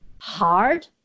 hard